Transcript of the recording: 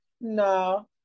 No